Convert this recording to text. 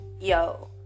Yo